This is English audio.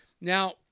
Now